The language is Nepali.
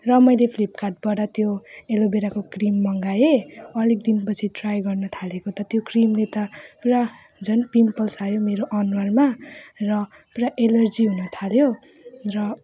र मैले फ्लिपकार्टबाट त्यो एलोभेराको क्रिम मगाएँ अलिक दिनपछि ट्राई गर्नथालेको त त्यो क्रिमले त पुरा झन् पिम्पल्स आयो मेरो अनुहारमा र पुरा एलर्जी हुनथाल्यो र